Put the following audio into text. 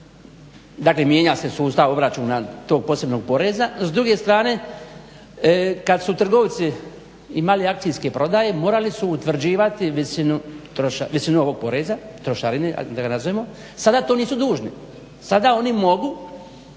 dakle mijenja se sustav obračuna tog posebnog poreza, s druge strane kad su trgovci imali akcijske prodaje morali su utvrđivati visinu ovog poreza, trošarine da ga nazovemo, sada to nisu dužni, sada oni mogu